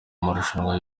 amarushanwa